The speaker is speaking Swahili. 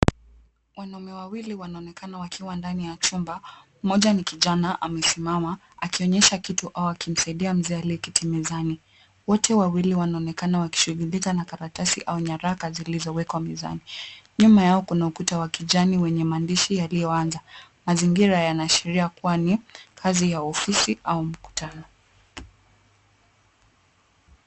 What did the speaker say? Wanaume wawili wanaonekana wakiwa ndani ya chumba. Mmoja ni kijana amesimama, akionyesha kitu au akimsaidia mzee aliyeketi mezani. Wote wawili wanaonekana wakishughulika na karatasi au nyaraka zilizowekwa mezani. Nyuma yao kuna ukuta wa kijani wenye maandishi yaliyoanza. Mazingira yanaashiria kwani kazi ya ofisi au mkutano.